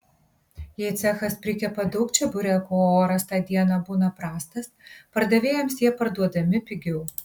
jei cechas prikepa daug čeburekų o oras tą dieną būna prastas pardavėjams jie parduodami pigiau